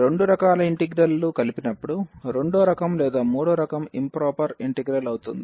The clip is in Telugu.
ఈ రెండు రకాల ఇంటిగ్రల్ లు కలిపినప్పుడు రెండో రకం లేదా మూడో రకం ఇంప్రొపర్ ఇంటిగ్రల్ అవుతుంది